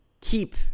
keep